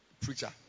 Preacher